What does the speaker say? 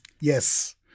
Yes